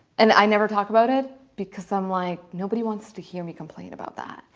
and i never talk about it because i'm like nobody wants to hear me complain about that,